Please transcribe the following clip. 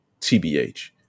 Tbh